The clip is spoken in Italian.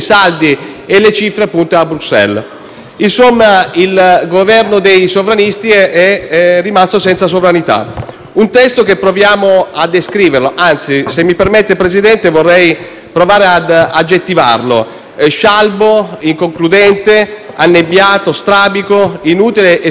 Insomma, il Governo dei sovranisti è rimasto senza sovranità. Proviamo dunque a descrivere il testo, anzi, se mi permette signor Presidente, vorrei provare ad aggettivarlo: scialbo, inconcludente, annebbiato, strabico, inutile e, soprattutto, anche dannoso per il nostro Paese,